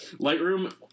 Lightroom